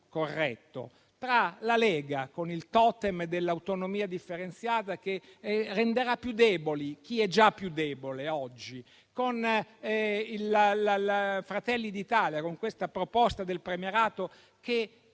tra la Lega, con il totem dell'autonomia differenziata che renderà più deboli chi è già più debole oggi, e Fratelli d'Italia, una proposta del premierato che